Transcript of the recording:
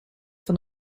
van